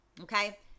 okay